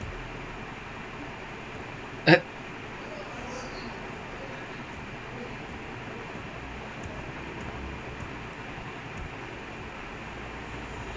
dey tamil நல்ல:nalla tamil oh my god okay meh ah okay okay actually I don't get it lah அதுக்கு:athukku video கொடுத்திருக்காங்க பாக்குறதுக்கு:koduthirukkaanga paakkurathukku